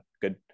good